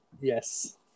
yes